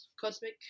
cosmic